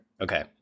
Okay